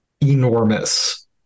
enormous